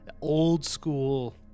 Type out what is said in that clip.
old-school